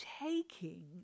taking